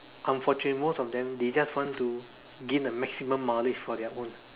unfortunate most of them they just want to gain the maximum knowledge for their own